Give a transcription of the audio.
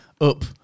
up